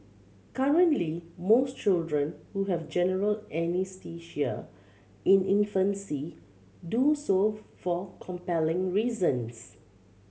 currently most children who have general anaesthesia in infancy do so for compelling reasons